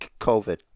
COVID